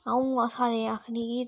अ'ऊं सारें गी आखनी कि